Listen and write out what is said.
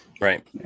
Right